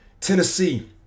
Tennessee